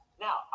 Now